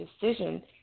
decision